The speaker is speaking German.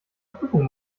prüfung